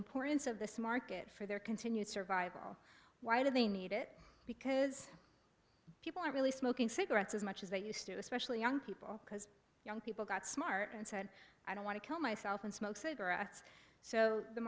importance of this market for their continued survival why do they need it because people are really smoking cigarettes as much as they used to especially young people because young people got smart and said i don't want to kill myself and smoke cigarettes so the